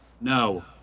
No